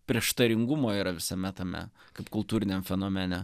prieštaringumo yra visame tame kaip kultūriniam fenomene